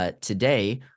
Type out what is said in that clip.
today